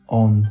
on